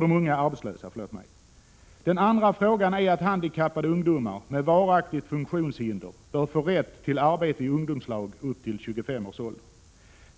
de unga arbetslösa. Den andra frågan är att handikappade ungdomar med varaktigt funktionshinder bör få rätt till arbete i ungdomslag upp till 25 års ålder.